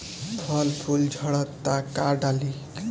फल फूल झड़ता का डाली?